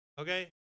okay